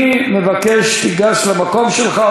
אני מבקש שתיגש למקום שלך,